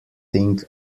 thing